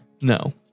No